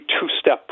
two-step